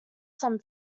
some